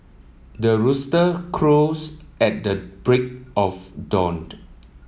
the rooster crows at the break of dawn